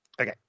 Okay